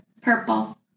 purple